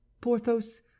porthos